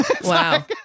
Wow